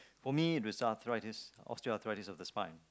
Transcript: for me this arthritis osteoarthritis of the spine